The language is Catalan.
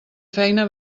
feina